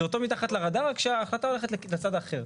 זה אותו "מתחת לרדאר", רק שההחלטה הולכת לצד האחר.